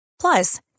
Plus